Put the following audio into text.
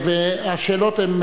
השאלות הן